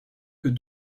que